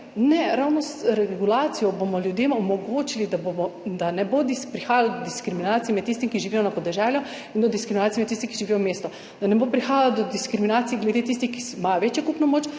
Ne, ravno z regulacijo bomo ljudem omogočili, da ne bo prihajalo do diskriminacije med tistimi, ki živijo na podeželju, in med tistimi, ki živijo v mestu. Da ne bo prihajalo do diskriminacije med tistimi, ki imajo večjo kupno moč,